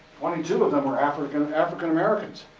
twenty two of them were african, african americans.